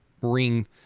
ring